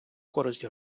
користь